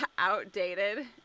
outdated